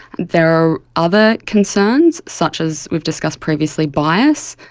there are other concerns, such as we've discussed previously, bias,